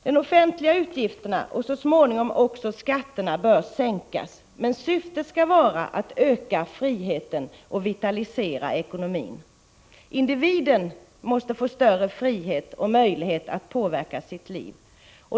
De offentliga utgifterna och så småningom också skatterna bör sänkas, men syftet skall vara att öka friheten och vitalisera ekonomin. Individen måste få större frihet och möjlighet att påverka sitt liv.